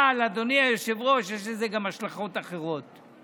אבל אדוני היושב-ראש, יש לזה גם השלכות אחרות.